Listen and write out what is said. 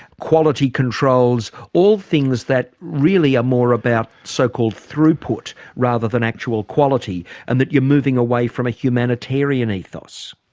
quality controls, all things that really are ah more about so-called throughput rather than actual quality, and that you're moving away from a humanitarian ethos.